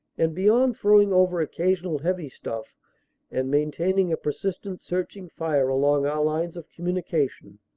and beyond throwing over occasional heavy stuff and maintaining a per sistent searching fire along our lines of communication,